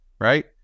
right